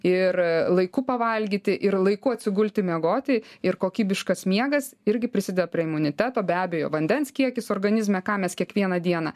ir laiku pavalgyti ir laiku atsigulti miegoti ir kokybiškas miegas irgi prisideda prie imuniteto be abejo vandens kiekis organizme ką mes kiekvieną dieną